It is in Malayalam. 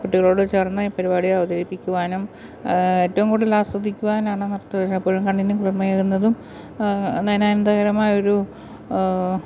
കുട്ടികളോട് ചേർന്ന് ഈ പരിപാടി അവതരിപ്പിക്കുവാനും ഏറ്റവും കൂടുതൽ ആസ്വദിക്കുവാനാണ് നൃത്തം എപ്പോഴും കണ്ണിന് കുളിർമയേകുന്നതും നയനാന്ദകരമായ ഒരു